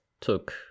took